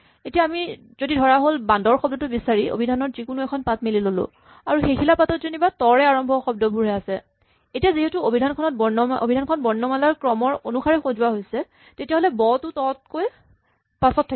এতিয়া আমি যদি ধৰাহ'ল বান্দৰ শব্দটো বিচাৰি অভিধানৰ যিকোনো এখন পাত মেলি ল'লো আৰু সেইখিলা পাতত যেনিবা ত ৰে আৰম্ভ হোৱা শব্দবোৰ আছে এতিয়া যিহেতু অভিধান খন বৰ্ণমালাৰ ক্ৰমৰ অনুসাৰে সজোৱা হৈছে তেতিয়াহ'লে ব টো ত তকৈ পাছত থাকিব